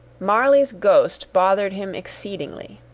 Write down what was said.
marley's ghost bothered him exceedingly.